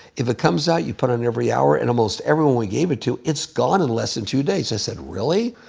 if it comes out, you put it on every hour, and almost everyone we gave it to, it's gone in less than two days. i said, really?